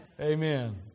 Amen